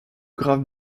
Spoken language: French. graves